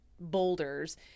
boulders